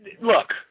Look